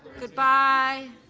good bye.